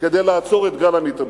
כדי לעצור את גל המתאבדים.